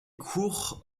court